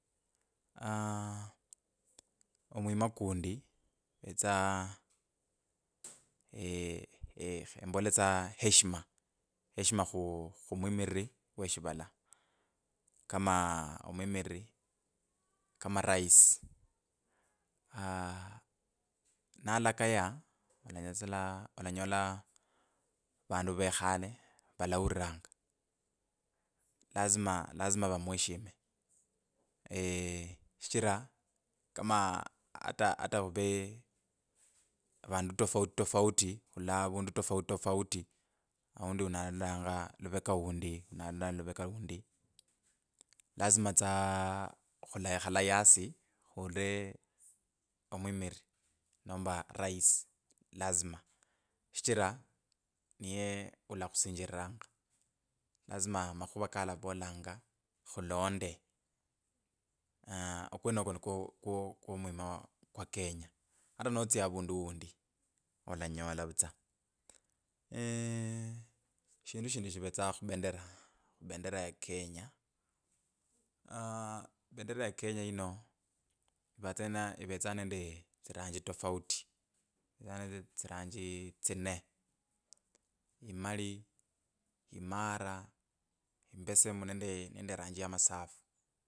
ah omwima kundi kuvetsa we. khemboletsa heshima, heshima khukhumwimiriri we shivala kama omwimiriri kama rais,, aaah nalakaya olanyotsla olanyola vandu vekhale vauriranga lazima… lazima vamweshime. shichira kama ata ata khuvee vandu tafauti tafauti khurula avundu tafauti tafauti aundi uno alarulanga luveka undi uno alarulanga luveka undi lazima tsa khulekhana yasi khuulire omwimiriri nomba rais, lazima shichira niye ulakhusinjiriranga, lazima makhuva kalavolanga khulonde. okwenoko nikwo- kwo- kwo mwima kw kenya. Ata notsya avundu undi alanyola vutsa eeeh shindu shindi shivetsa khubendera, bendera ya kenya. bendera ya kenya ino ivatsana ivetsa nende tsiranji tofauti tsiranji tsine. Imali, imara, imbesemu, nende ranji ya masafu.